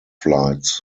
flights